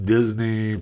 Disney